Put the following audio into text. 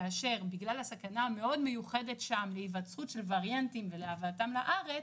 כאשר בגלל הסכנה המאוד מיוחדת שם להיווצרות של וריאנטים ולהבאתם לארץ,